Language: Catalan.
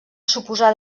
suposar